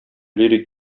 лирик